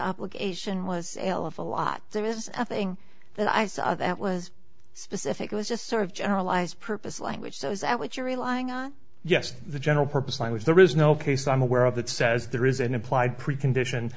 obligation was a lot there is nothing that i saw that was specific it was just sort of generalized purpose language so is that what you're relying on yes the general purpose i was there is no case i'm aware of that says there is an implied precondition